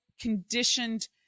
conditioned